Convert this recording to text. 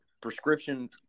prescription